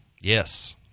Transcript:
Yes